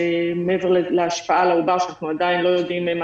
ומעבר להשפעה על העובר שאנחנו עדיין לא יודעים מה